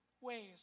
ways